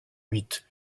huit